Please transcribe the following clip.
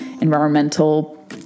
environmental